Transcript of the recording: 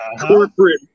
corporate